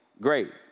great